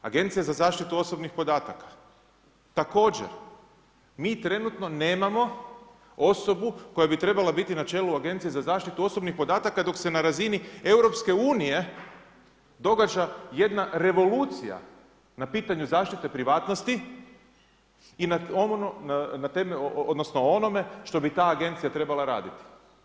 Agencija za zaštitu osobnih podataka, također mi trenutno nemamo osobu koja bi trebala biti na čelu Agencije za zaštitu osobnih podataka dok se na razini EU-a događa jedna revolucija na pitanje zaštite privatnosti i na onome što bi ta agencija trebala raditi.